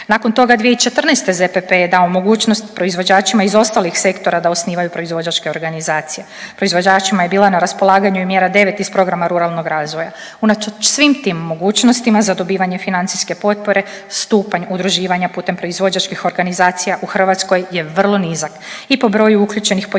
Nakon toga 2014. ZPP je dao mogućnost proizvođačima iz ostalih sektora da osnivaju proizvođačke organizacije. Proizvođačima je bila na raspolaganu i mjera 9 iz programa ruralnog razvoja. Unatoč svim tim mogućnostima za dobivanje financijske potpore stupanj udruživanja putem proizvođačkih organizacija u Hrvatskoj je vrlo nizak i po broju uključenih poljoprivrednih